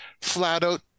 flat-out